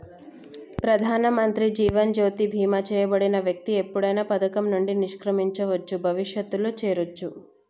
ప్రధానమంత్రి జీవన్ జ్యోతి బీమా చేయబడిన వ్యక్తి ఎప్పుడైనా పథకం నుండి నిష్క్రమించవచ్చు, భవిష్యత్తులో చేరొచ్చు